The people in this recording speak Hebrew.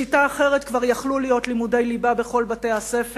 בשיטה אחרת כבר היו יכולים להיות לימודי ליבה בכל בתי-הספר,